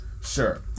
sure